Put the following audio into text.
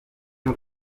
n’u